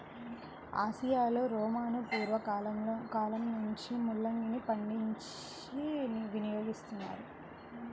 ఆసియాలో రోమను పూర్వ కాలంలో నుంచే ముల్లంగిని పండించి వినియోగిస్తున్నారు